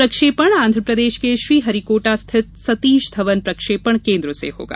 प्रक्षेपण आंध्रप्रदेश के श्री हरिकोटा स्थित सतीश धवन प्रक्षेपण केन्द्र से होगी